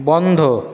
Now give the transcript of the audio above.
বন্ধ